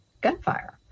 gunfire